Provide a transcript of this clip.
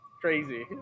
crazy